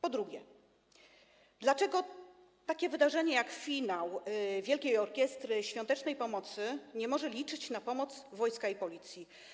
Po drugie, dlaczego takie wydarzenie jak finał Wielkiej Orkiestry Świątecznej Pomocy nie może liczyć na pomoc wojska i Policji?